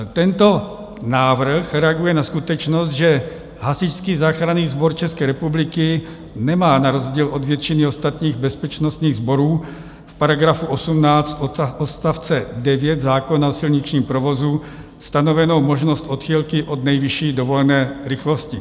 Tento návrh reaguje na skutečnost, že Hasičský záchranný sbor České republiky nemá na rozdíl od většiny ostatních bezpečnostních sborů v § 18 odst. 9 zákona o silničním provozu stanovenou možnost odchylky od nejvyšší dovolené rychlosti.